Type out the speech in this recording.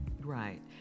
Right